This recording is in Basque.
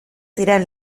ziren